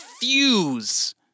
fuse